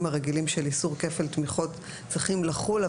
הרגילים של איסור כפל תמיכות צריכים לחול,